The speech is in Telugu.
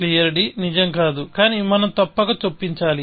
క్లియర్ నిజం కాదు కాని మనం తప్పక చొప్పించాలి